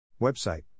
Website